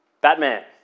Batman